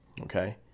okay